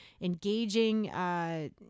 engaging